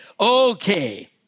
Okay